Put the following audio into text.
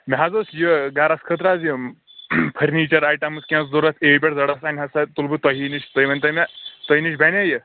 مےٚ حظ ٲس یہِ گَرس خٲطرٕ حظ یِم فٕرنیٖچَر آیٹمز کیٚنٛہہ ضروٗرت اے پٮ۪ٹھ زیڈَس تانۍ ہسا تُل بہٕ تۄہی نِش تُہۍ ؤنۍ تو مےٚ تُہۍ نِش بنیا یہِ